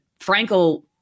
frankel